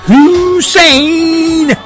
Hussein